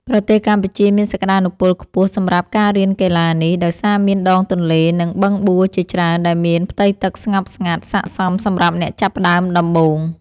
ប្រទេសកម្ពុជាមានសក្ដានុពលខ្ពស់សម្រាប់ការរៀនកីឡានេះ ដោយសារមានដងទន្លេ និងបឹងបួជាច្រើនដែលមានផ្ទៃទឹកស្ងប់ស្ងាត់ ស័ក្តិសមសម្រាប់អ្នកចាប់ផ្ដើមដំបូង។